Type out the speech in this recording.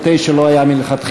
ל-9 לא היו מלכתחילה,